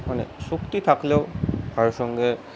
মানে শক্তি থাকলেও কারও সঙ্গে